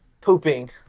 pooping